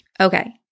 Okay